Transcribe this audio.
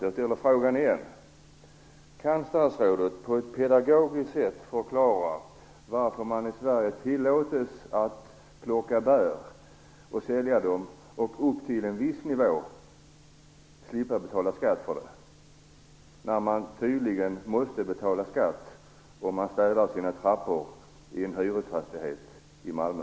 Jag ställer frågan återigen: Kan statsrådet på ett pedagogiskt sätt förklara varför det i Sverige är tillåtet att plocka bär för försäljning och upp till en viss nivå slippa betala skatt för den inkomsten, när man måste betala skatt om man städar trapporna i en hyresfastighet i Malmö?